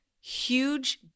huge